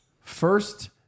first